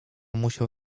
musiał